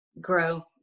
grow